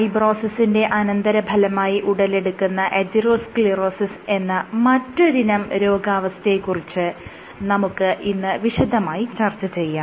ഫൈബ്രോസിസിന്റെ അനന്തരഫലമായി ഉടലെടുക്കുന്ന അതിറോസ്ക്ളീറോസിസ് എന്ന മറ്റൊരിനം രോഗാവസ്ഥയെ കുറിച്ച് നമുക്ക് ഇന്ന് വിശദമായി ചർച്ച ചെയ്യാം